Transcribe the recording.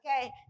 Okay